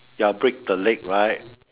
ya break the leg right